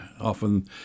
Often